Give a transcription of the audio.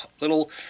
little